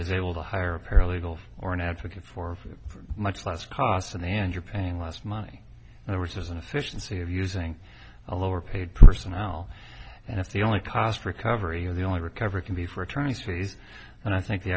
is able to hire a paralegal or an advocate for much less cost than and you're paying less money and it works as an efficiency of using a lower paid person now and if the only cost recovery in the only recover can be for attorney's fees and i think the